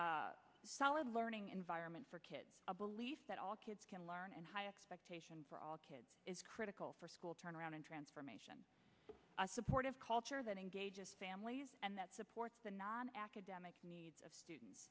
solid learning environment for kids a belief that all kids can learn and high expectation for all kids is critical for school turn around and transformation a supportive culture that engages families and that supports the non academic needs of students